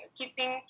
keeping